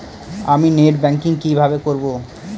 আমি net banking কিভাবে করব?